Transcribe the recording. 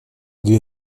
две